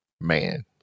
man